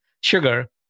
sugar